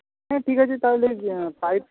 হ্যাঁ ঠিক আছে তাহলে পাইপ